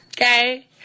Okay